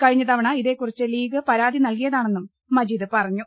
കഴിഞ്ഞ തവണ ഇതെക്കുറിച്ച് ലീഗ് പരാതി നൽകിയതാ ണെന്നും മജീദ് പറഞ്ഞു